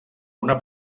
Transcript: una